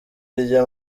irye